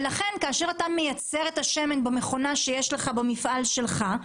לכן כאשר אתה מייצר את השמן במכונה שיש לך במפעל שלך,